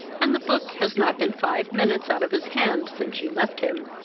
and the book has not been five minutes out of his hand since you left him.